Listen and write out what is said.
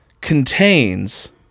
contains